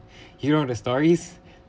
you know the stories